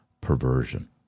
perversion